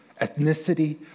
ethnicity